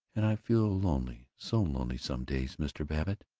and i feel lonely, so lonely, some days, mr. babbitt.